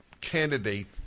candidate